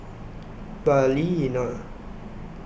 Balina